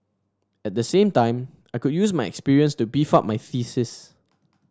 at the same time I could use my experience to beef up my thesis